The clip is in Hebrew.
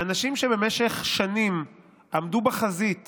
האנשים שבמשך שנים עמדו בחזית